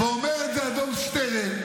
ואומר את זה אדון שטרן,